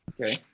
Okay